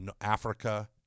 Africa